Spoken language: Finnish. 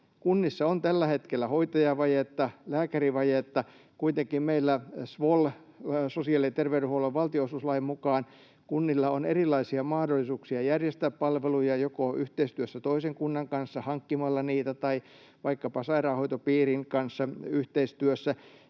Kunnissa on tällä hetkellä hoitajavajetta ja lääkärivajetta; kuitenkin SVOLin eli sosiaali‑ ja terveydenhuollon valtionosuuslain mukaan kunnilla on erilaisia mahdollisuuksia järjestää palveluja joko yhteistyössä toisen kunnan kanssa hankkimalla niitä tai vaikkapa sairaanhoitopiirin kanssa yhteistyössä.